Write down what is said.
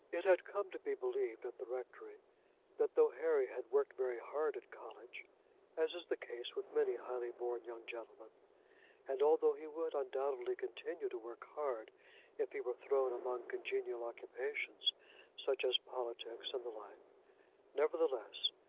it had come to be believed at the rectory that though harry had worked very hard at college as is the case with many highly born young gentlemen and though he would, undoubtedly, continue to work hard if he were thrown among congenial occupations such as politics and the like nevertheless,